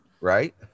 Right